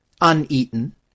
uneaten